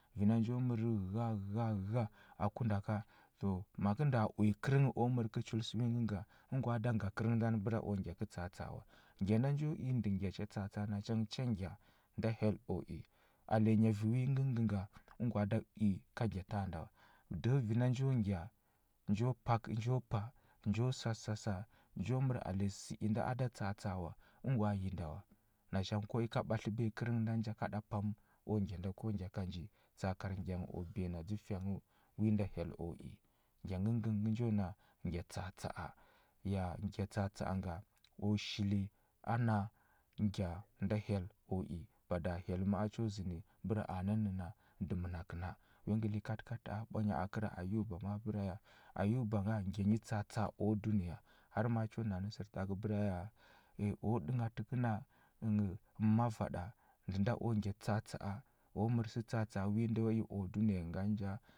Vi na njo mər ghəgha ghəgha ghəgha aku nda ka, to ma kə nda uya kərnghə u mər kə chul sə wi ngəngə nga, əngwa da nga kərnghə ndani bəra u ngya kə tsa atsa a wa. Ngya nda njo i ndə ngya cha tsa atsa a, nacha ngə cha ngya, nda hyel u i. Alenyi vi wi ngəngə nga, ŋgwa da i, ka ngya tanda wa. Dəhə vi na njo ngya njo pa njo pa njo sa sə sasa, njo mər alenyi sə inda da tsa atsa a wa, əngwa yi nda wa. Nacha ngə ɓatləbiya kərnghə ngan ja ka ɗa ka u ngya nda ko ngya ka nji, tsaakar ngya nghə o biyana dzə fyanghəu wi nda hyel o i. Ngya ngəngə ngə njo na, ngya tsa atsa a. Ya ngya tsa atsa a nga, u shili ana ngya nda hyel o i. Bada hyel ma a njo zənə bəra a nənə na, ndə mənakə na. Wi ngə likatəkata ɓwanya kəra ayuba ma bəra ya, ayuba nga ngya nyi tsa atsa a u dunəya, har ma a nju na nə sərtakə bəra ya, ə o ɗənghatə na ənghə mava ɗa, ndə nda o ngya tsa atsa a, o mər sə tsa atsa a wi nda yo i o dunəya ngan ja?